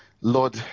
Lord